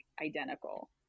identical